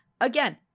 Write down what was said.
again